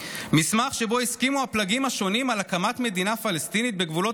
מסמך שבו הסכימו הפלגים השונים על הקמת מדינה פלסטינית בגבולות